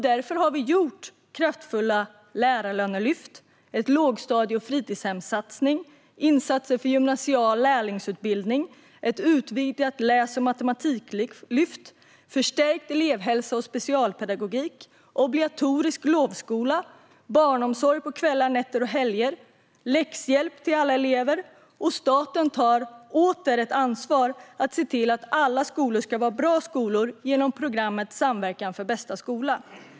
Därför har vi gjort kraftfulla lärarlönelyft, en lågstadie och fritidshemssatsning, insatser för gymnasial lärlingsutbildning, ett utvidgat läs och matematiklyft, förstärkt elevhälsa och specialpedagogik, infört obligatorisk lovskola och barnomsorg på kvällar, nätter och helger samt läxhjälp till alla elever. Staten tar åter ett ansvar för att se till att alla skolor ska vara bra skolor genom programmet Samverkan för bästa skola.